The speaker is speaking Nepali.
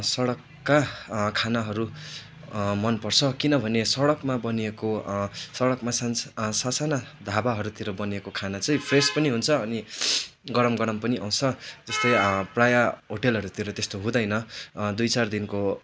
सडकका खानाहरू मन पर्छ किनभने सडकमा बनिएको सडकमा सान् सा साना ढाबाहरूतिर बनिएको खाना चाहिँ फ्रेस पनि हुन्छ अनि गरम गरम पनि आउँछ जस्तै प्रायः होटेलहरूतिर त्यस्तो हुदैँन दुई चार दिनको